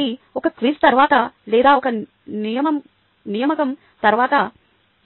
కాబట్టి ఒక క్విజ్ తర్వాత లేదా ఒక నియామకం తరువాత